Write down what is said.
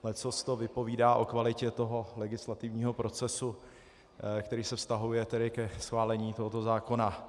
Leccos to vypovídá o kvalitě legislativního procesu, který se vztahuje ke schválení tohoto zákona.